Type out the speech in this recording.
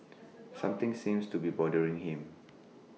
something seems to be bothering him